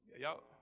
y'all